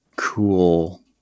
cool